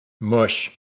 mush